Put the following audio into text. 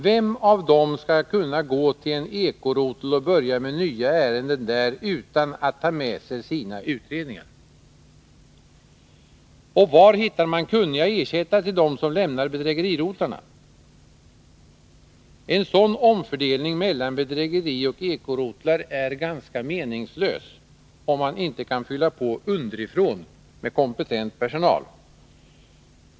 Vem av dem skall kunna gå till en ekorotel och börja med nya ärenden där, utan att ta med sig sina utredningar? Och var hittar man kunniga ersättare till dem som lämnar bedrägerirotlarna? En omfördelning mellan bedrägerioch ekorotlar är ganska meningslös, om man inte kan fylla på underifrån med kompetent personal.